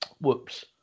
whoops